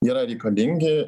yra reikalingi